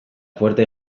fuerte